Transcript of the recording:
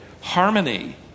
harmony